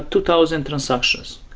two thousand transactions,